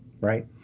right